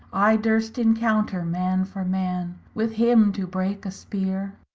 i durst encounter man for man, with him to breake a spere.